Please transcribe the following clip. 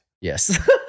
Yes